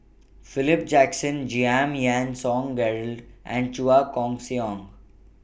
Philip Jackson Giam Yean Song Gerald and Chua Koon Siong